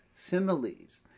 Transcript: Similes